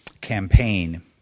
campaign